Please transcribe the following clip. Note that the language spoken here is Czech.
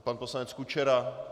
Pan poslanec Kučera?